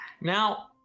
Now